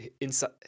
inside